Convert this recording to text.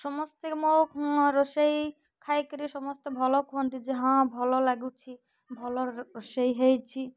ସମସ୍ତେ ମୋ ରୋଷେଇ ଖାଇକରି ସମସ୍ତେ ଭଲ କୁହନ୍ତି ଯେ ହଁ ଭଲ ଲାଗୁଛି ଭଲ ରୋଷେଇ ହେଇଛି